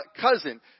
cousin